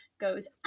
goes